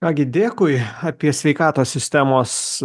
ką gi dėkui apie sveikatos sistemos